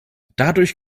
dadurch